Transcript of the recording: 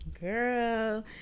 Girl